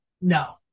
no